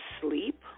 sleep